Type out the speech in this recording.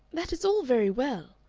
that is all very well,